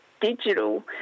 digital